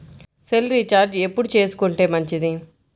Cell recharge ఎప్పుడు చేసుకొంటే మంచిది?